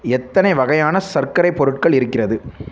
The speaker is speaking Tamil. எத்தனை வகையான சர்க்கரை பொருட்கள் இருக்கிறது